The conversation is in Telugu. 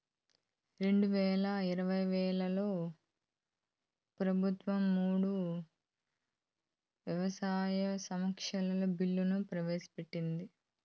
రెండువేల ఇరవైలో ప్రభుత్వం మూడు వ్యవసాయ సంస్కరణల బిల్లులు ప్రవేశపెట్టింది